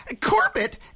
Corbett